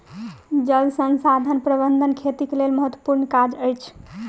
जल संसाधन प्रबंधन खेतीक लेल महत्त्वपूर्ण काज अछि